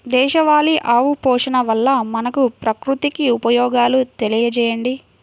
దేశవాళీ ఆవు పోషణ వల్ల మనకు, ప్రకృతికి ఉపయోగాలు తెలియచేయండి?